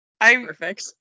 Perfect